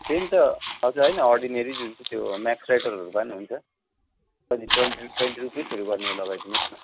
pain त हजुर होइन अर्डिनेरी जुन चाहिँ त्यो म्याक्स राइटरहरू भए पनि हुन्छ कति ट्वेन्टी रु ट्वेन्टी रुपिसहरू गर्ने लगाइदिनुहोस् न